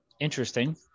interesting